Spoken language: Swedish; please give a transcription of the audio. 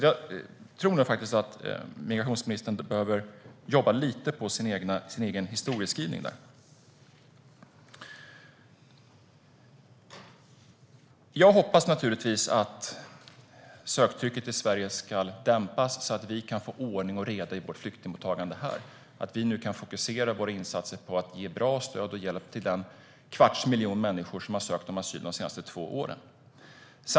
Migrationsministern behöver nog jobba lite på sin historieskrivning. Jag hoppas att söktrycket till Sverige ska dämpas så att vi kan få ordning och reda på vårt flyktingmottagande och fokusera våra insatser på att ge bra stöd och hjälp till den kvarts miljon människor som har sökt asyl de senaste två åren.